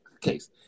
case